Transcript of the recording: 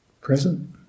present